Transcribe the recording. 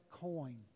coin